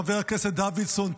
חבר הכנסת דוידסון,